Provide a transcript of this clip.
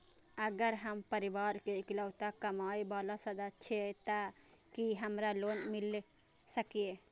अगर हम परिवार के इकलौता कमाय वाला सदस्य छियै त की हमरा लोन मिल सकीए?